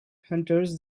hunters